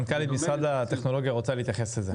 מנכ"לית משרד הטכנולוגיה רוצה להתייחס לזה.